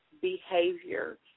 behavior